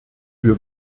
wir